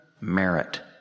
merit